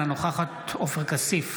אינה נוכחת עופר כסיף,